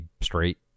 straight